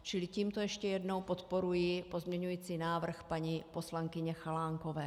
Čili tímto ještě jednou podporuji pozměňovací návrh paní poslankyně Chalánkové.